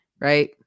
right